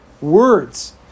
words